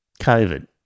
COVID